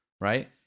right